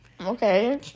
Okay